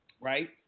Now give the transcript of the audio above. right